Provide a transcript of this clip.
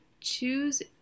choose